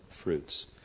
fruits